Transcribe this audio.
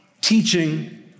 teaching